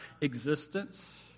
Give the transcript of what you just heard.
existence